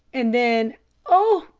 and then oh,